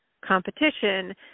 competition